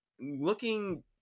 looking